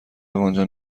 آنجا